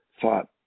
thought